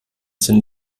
sind